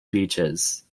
beaches